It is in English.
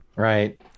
Right